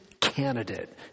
candidate